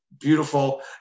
Beautiful